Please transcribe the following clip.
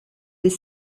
des